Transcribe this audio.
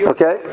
Okay